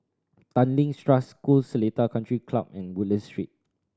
Tanglin Trust School Seletar Country Club and Woodland Street